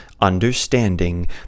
understanding